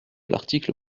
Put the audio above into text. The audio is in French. l’article